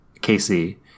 Casey